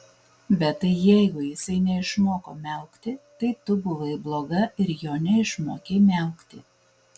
bet tai jeigu jisai neišmoko miaukti tai tu buvai bloga ir jo neišmokei miaukti